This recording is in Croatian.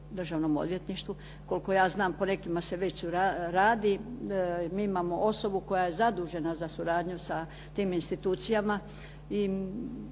Državnom odvjetništvu. Koliko ja znam po nekima se već radi. Mi imamo osobu koja je zadužena za suradnju s tim institucijama